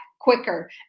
quicker